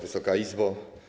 Wysoka Izbo!